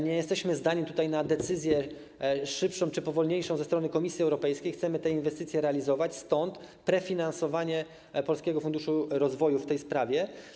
Nie jesteśmy zdani tutaj na decyzję szybszą czy powolniejszą ze strony Komisji Europejskiej, chcemy te inwestycje realizować, stąd prefinansowanie Polskiego Funduszu Rozwoju w tej sprawie.